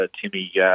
Timmy